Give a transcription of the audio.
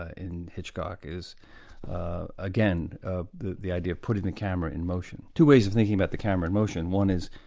ah in hitchcock, is again ah the the idea of putting the camera in motion. two ways of thinking about the camera in motion one is,